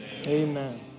amen